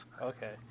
Okay